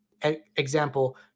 Example